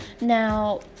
Now